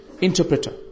interpreter